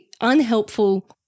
unhelpful